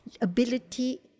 ability